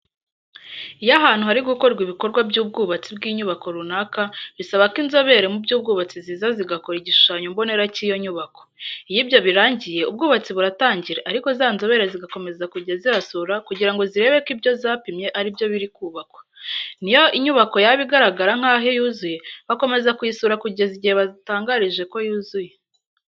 Iyo ahantu harigukorwa ibikorwa by'ubwubatsi bw'inyubako runaka, bisabako inzobere muby'ubwubatsi ziza zigakora igishushanyo mbonera cy'iyo nyubako. Iyo ibyo birangiye, ubwubatsi buratangira ariko zanzobere zigakomeza kujya zihasura kugirango zirebe ko ibyo zapimye aribyo birikubakwa. Niyo inyubako yaba igaragara nkaho yuzuye, bakomeza kuyisura kugeza igihe batangarije ko yuzuye.